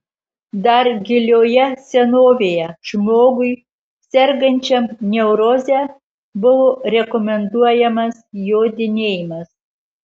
dar gilioje senovėje žmogui sergančiam neuroze buvo rekomenduojamas jodinėjimas